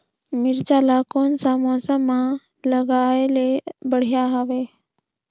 मिरचा ला कोन सा मौसम मां लगाय ले बढ़िया हवे